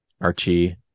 Archie